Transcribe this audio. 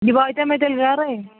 یہِ واتیٛاہ مےٚ تیٚلہِ گَرے